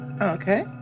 Okay